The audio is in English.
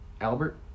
Albert